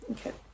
Okay